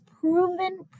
proven